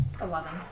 Eleven